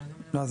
לא,